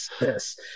Yes